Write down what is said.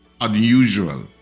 unusual